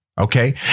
Okay